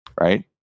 right